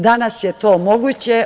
Danas je to moguće.